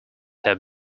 have